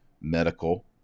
medical